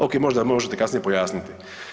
Okej, možda možete kasnije pojasniti.